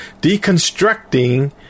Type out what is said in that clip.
deconstructing